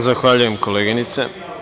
Zahvaljujem, koleginice.